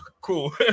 cool